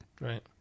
Right